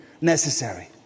necessary